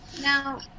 Now